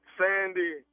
sandy